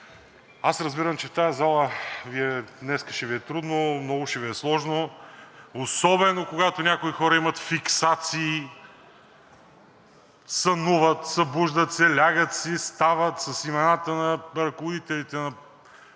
Аз разбирам, че в тази зала днес ще Ви е трудно, много ще Ви е сложно, особено когато някои хора имат фиксации, сънуват, събуждат се, лягат си, стават с имената на ръководителите на